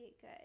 good